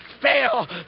fail